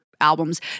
Albums